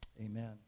Amen